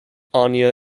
anya